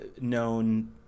known